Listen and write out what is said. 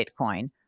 Bitcoin